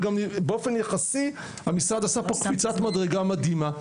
גם באופן יחסי המשרד עשה פה קפיצת מדרגה מדהימה.